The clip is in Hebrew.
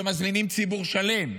שמזמינים ציבור שלם.